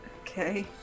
Okay